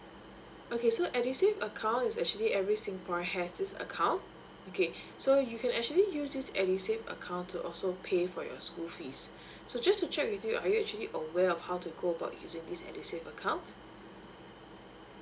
okay so edusave account is actually every singaporean has this account okay so you can actually use this edusave account to also pay for your school fees so just to check with you are you actually aware of how to go about using this edusave account mm